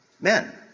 men